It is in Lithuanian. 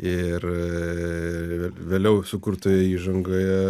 ir vėliau sukurtoje įžangoje